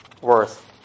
worth